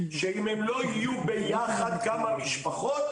שאם הם לא יהיו ביחד כמה משפחות,